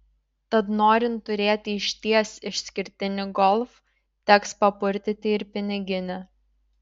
tad norint turėti išties išskirtinį golf teks papurtyti ir piniginę